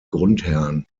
grundherrn